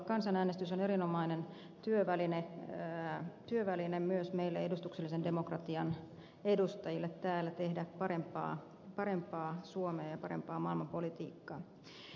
kansanäänestys on erinomainen työväline myös meille edustuksellisen demokratian edustajille täällä tehdä parempaa suomea ja parempaa maailmanpolitiikkaa